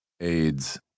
AIDS